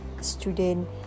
student